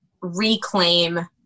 reclaim